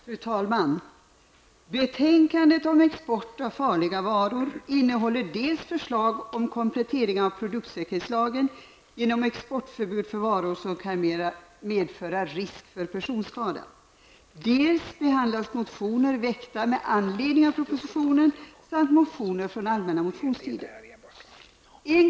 Fru talman! Det här betänkandet som handlar om export av farliga varor innehåller förslag om en komplettering av produktsäkerhetslagen genom exportförbud för varor som kan medföra risk för personskada. Men i betänkandet behandlas också motioner väckta med anledning av propositionen samt motioner väckta under den allmänna motionstiden.